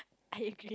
I agree